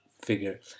figure